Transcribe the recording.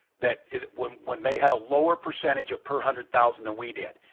that when when they had a lower percentage of per hundred thousand than we did.